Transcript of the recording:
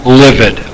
livid